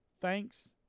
Thanks